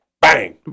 bang